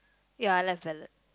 ya love ballad